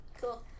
cool